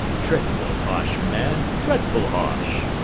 dretful ha'sh man, dretful ha'sh!